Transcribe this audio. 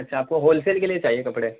اچھا آپ کو ہول سیل کے لیے چاہیے کپڑے